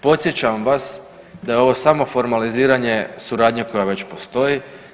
Podsjećam vas da je ovo samo formaliziranje suradnje koja već postoji.